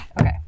Okay